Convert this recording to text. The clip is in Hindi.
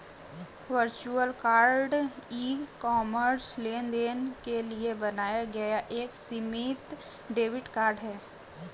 वर्चुअल कार्ड ई कॉमर्स लेनदेन के लिए बनाया गया एक सीमित डेबिट कार्ड है